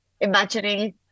imagining